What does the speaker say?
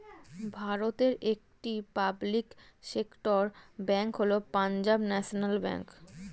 ভারতের একটি public sector bank হল পাঞ্জাব ন্যাশনাল ব্যাঙ্ক